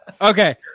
Okay